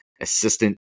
assistant